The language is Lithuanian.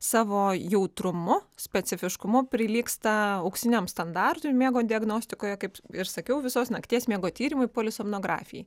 savo jautrumu specifiškumu prilygsta auksiniam standartui miego diagnostikoje kaip ir sakiau visos nakties miego tyrimui polisomnografijai